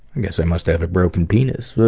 i guess i must have a broken penis.